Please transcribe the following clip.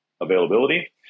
availability